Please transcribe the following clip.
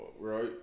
Right